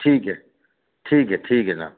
ठीक ऐ ठीक ऐ ठीक ऐ जनाब